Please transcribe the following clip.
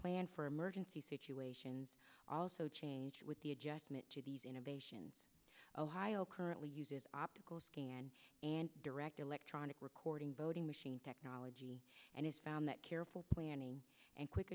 plan for emergency situations also change with the adjustment to these innovations ohio currently uses optical scan and direct electronic recording voting machine technology and has found that careful planning and quick